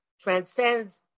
transcends